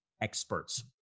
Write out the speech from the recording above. experts